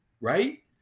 Right